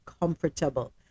comfortable